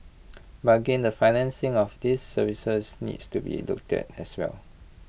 but again the financing of these services needs to be looked at as well